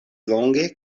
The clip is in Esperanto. longe